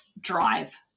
drive